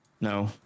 No